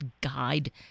guide